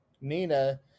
Nina